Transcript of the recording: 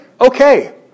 okay